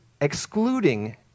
excluding